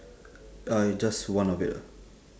uh just one of it ah